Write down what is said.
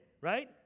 right